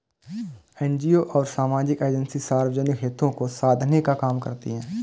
NGO और सामाजिक agency सार्वजनिक हितों को साधने का काम करती हैं